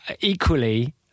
equally